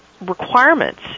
requirements